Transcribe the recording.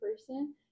person